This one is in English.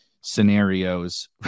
scenarios